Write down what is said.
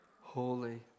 Holy